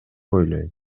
ойлойм